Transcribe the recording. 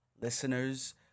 listeners